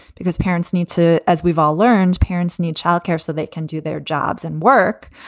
because parents need to as we've all learned, parents need childcare so they can do their jobs and work.